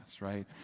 right